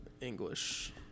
English